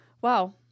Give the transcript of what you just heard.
Wow